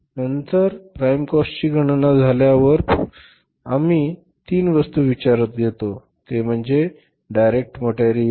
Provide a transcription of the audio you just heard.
तर एकदा आम्हाला प्राइम कॉस्टची गणना करायची झाल्यास प्राइम कॉस्टमध्ये आम्ही केवळ तीन वस्तू विचारात घेतो पहिली वस्तू म्हणजे डायरेक्ट मटेरियल